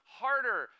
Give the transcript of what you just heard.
harder